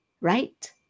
Right